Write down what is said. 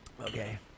Okay